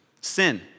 Sin